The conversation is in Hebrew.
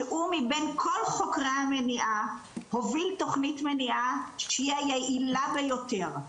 שהוא מבין כל חוקרי המניעה הוביל תוכנית מניעה שהיא היעילה ביותר,